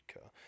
car